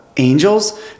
angels